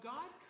God